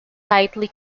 tightly